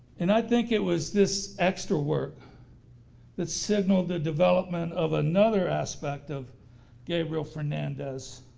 and i think it was this extra work that signaled the development of another aspect of gabriel fernandez.